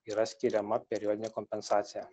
yra skiriama periodinė kompensacija